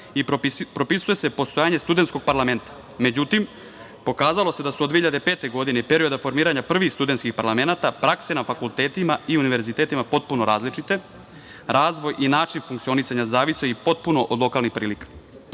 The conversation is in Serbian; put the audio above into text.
i propisuje se postojanje studentskog parlamenta. Međutim, pokazalo se da su od 2005. godine i perioda formiranja prvih studentskih parlamenata prakse na fakultetima i univerzitetima potpuno različite. Razvoj i način funkcionisanja zavisio je potpuno od lokalnih prilika. Ovakva